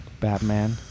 Batman